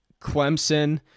Clemson